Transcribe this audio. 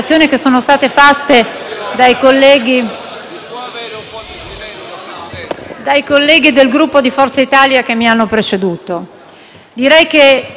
Grazie